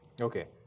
Okay